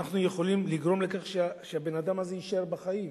אנחנו יכולים לגרום לכך שהוא יישאר בחיים.